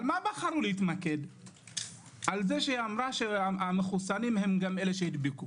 בחרו להתמקד על זה שאמרה שהמחוסנים הם אלה שהדביקו.